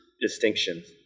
distinctions